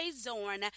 Zorn